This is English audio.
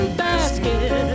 basket